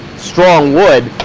strong wood.